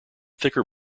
thicker